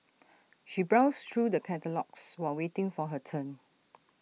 she browsed through the catalogues while waiting for her turn